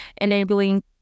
enabling